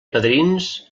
padrins